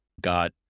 got